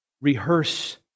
Rehearse